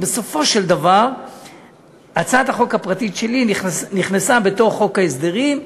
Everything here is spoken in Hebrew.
ובסופו של דבר הצעת החוק הפרטית שלי נכנסה לתוך חוק ההסדרים,